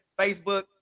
Facebook